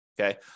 okay